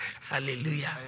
Hallelujah